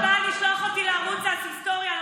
בפעם הבאה לשלוח אותי לערוץ ההיסטוריה,